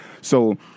So-